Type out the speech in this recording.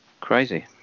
Crazy